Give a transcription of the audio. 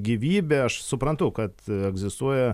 gyvybę aš suprantu kad egzistuoja